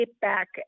back